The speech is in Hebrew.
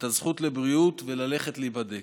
את הזכות לבריאות, וללכת להיבדק.